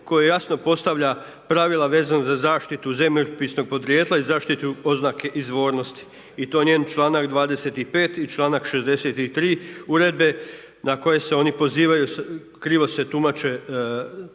koja jasno postavlja pravila vezano za zaštitu zemljopisnog podrijetla i zaštitu oznake izvornosti i to njen čl. 25. i čl. 63. Uredbe na koje se oni pozivaju, krivo se tumače